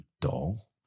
dull